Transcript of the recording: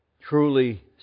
truly